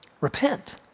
Repent